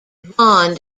vaughn